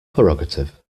prerogative